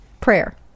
Prayer